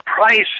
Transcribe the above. price